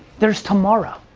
there's tomorrow.